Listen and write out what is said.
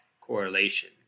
correlation